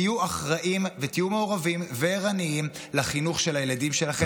תהיו אחראיים ותהיו מעורבים וערניים לחינוך של הילדים שלכם,